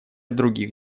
других